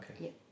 Okay